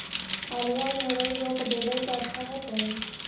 आलुआ में मुरई रोप देबई त अच्छा होतई?